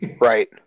Right